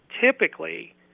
typically